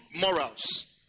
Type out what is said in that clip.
morals